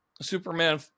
Superman